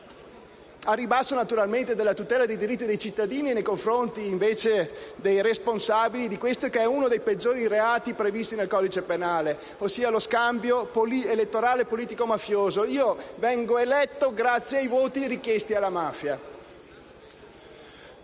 al ribasso. Naturalmente, al ribasso della tutela dei diritti dei cittadini nei confronti dei responsabili di questo che è uno dei peggiori reati previsti nel codice penale, ossia lo scambio elettorale politico-mafioso: io vengo eletto grazie ai voti richiesti alla mafia.